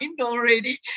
already